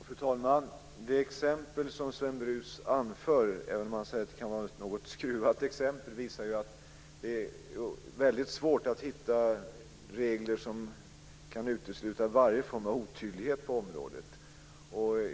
Fru talman! Det exempel som Sven Brus anför visar, även om det var något skruvat, att det är väldigt svårt att hitta regler som kan utesluta varje form av otydlighet på området.